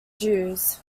jews